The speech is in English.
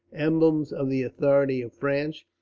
emblems of the authority of france,